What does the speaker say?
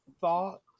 thought